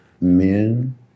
men